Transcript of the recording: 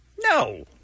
No